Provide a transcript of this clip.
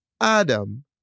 Adam